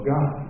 God